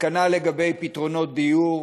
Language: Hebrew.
וכנ"ל לגבי פתרונות דיור,